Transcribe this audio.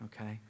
Okay